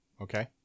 Okay